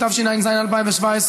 התשע"ז 2017,